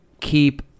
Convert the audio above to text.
keep